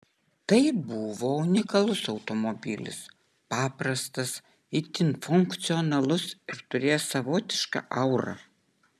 tai buvo unikalus automobilis paprastas itin funkcionalus ir turėjęs savotišką aurą